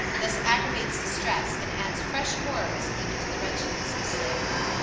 thus aggravates distress, and adds fresh horrors even to the wretchedness of slavery.